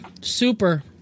Super